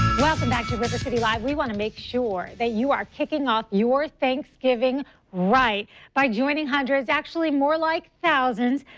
welcome back to river city live. we want to make sure that you are kicking off your thanksgiving right by joining hundreds, actually more like thousands,